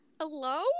Hello